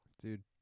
Dude